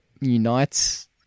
unites